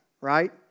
right